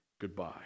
goodbye